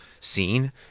scene